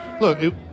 Look